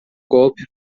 golpe